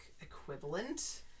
equivalent